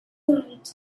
night